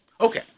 Okay